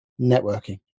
networking